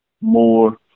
more